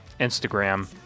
instagram